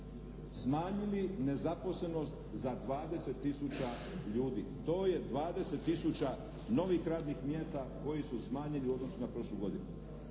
smanjili nezaposlenost za 20 tisuća ljudi, to je 20 tisuća novih radnih mjesta koji su smanjeni u odnosu na prošlu godinu.